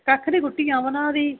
कक्ख निं रुट्टी आं बना दी